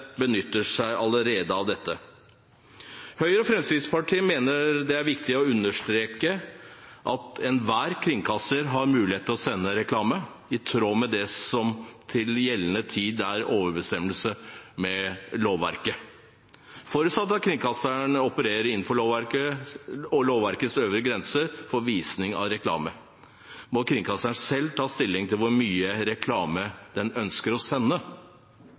allerede av dette. Høyre og Fremskrittspartiet mener det er viktig å understreke at enhver kringkaster har mulighet til å sende reklame i tråd med det som til gjeldende tid er i overensstemmelse med lovverket. Forutsatt at kringkasteren opererer innenfor lovverkets øvre grense for visning av reklame, må kringkasteren selv ta stilling til hvor mye reklame denne ønsker å sende.